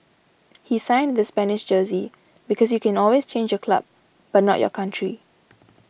he signed the Spanish jersey because you can always change your club but not your country